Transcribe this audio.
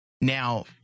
Now